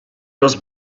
was